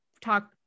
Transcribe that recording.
talk